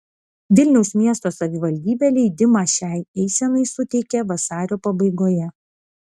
vilniaus miesto savivaldybė leidimą šiai eisenai suteikė vasario pabaigoje